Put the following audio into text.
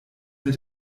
mit